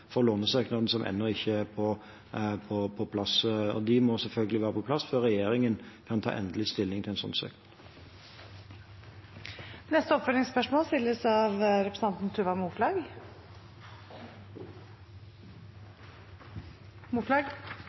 for lånesøknaden som ennå ikke er på plass. De må selvfølgelig være på plass før regjeringen kan ta endelig stilling til en slik søknad. Tuva Moflag – til oppfølgingsspørsmål. Som representanten